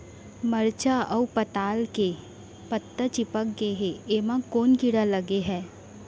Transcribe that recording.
मरचा अऊ पताल के पत्ता चिपक गे हे, एमा कोन कीड़ा लगे है?